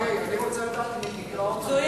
אוקיי, אני רוצה לדעת אם היא ביקרה אותם.